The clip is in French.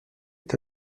est